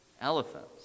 Elephants